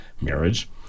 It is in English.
marriage